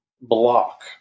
block